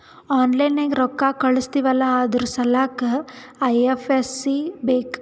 online ನಾಗ್ ರೊಕ್ಕಾ ಕಳುಸ್ತಿವ್ ಅಲ್ಲಾ ಅದುರ್ ಸಲ್ಲಾಕ್ ಐ.ಎಫ್.ಎಸ್.ಸಿ ಬೇಕ್